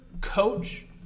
coach